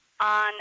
on